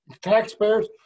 taxpayers